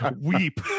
weep